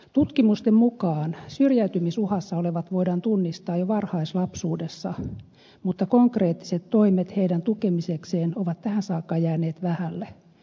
tutkimusten mukaan syrjäytymisuhassa olevat voidaan tunnistaa jo varhaislapsuudessa mutta konkreettiset toimet heidän tukemisekseen ovat tähän saakka jääneet vähälle